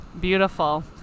Beautiful